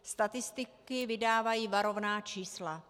Statistiky vydávají varovná čísla.